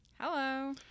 hello